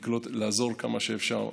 לעזור כמה שאפשר.